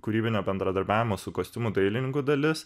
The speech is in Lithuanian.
kūrybinio bendradarbiavimo su kostiumų dailininku dalis